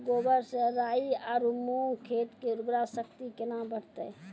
गोबर से राई आरु मूंग खेत के उर्वरा शक्ति केना बढते?